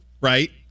right